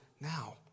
now